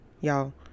y'all